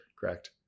correct